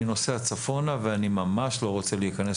אני נוסע צפונה ואני ממש לא רוצה להיכנס